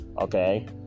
Okay